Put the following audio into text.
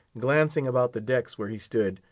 glancing about the decks where he stood,